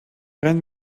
rein